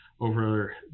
over